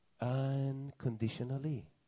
unconditionally